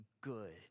good